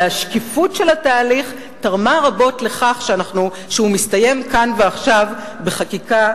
והשקיפות של התהליך תרמה רבות לכך שהוא מסתיים כאן ועכשיו בחקיקה,